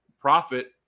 profit